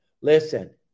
listen